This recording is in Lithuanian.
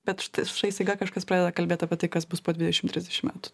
bet št štai staiga kažkas pradeda kalbėt apie tai kas bus po dvidešim trisdešim metų